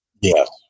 Yes